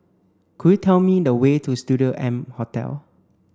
could you tell me the way to Studio M Hotel